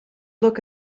look